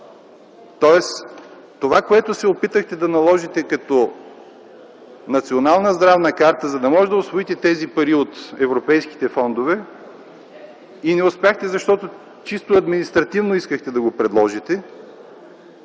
Това, което се опитахте да наложите като Национална здравна карта, за да можете да усвоите тези пари от европейските фондове и не успяхте, защото искахте да го предложите